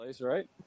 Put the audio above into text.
Right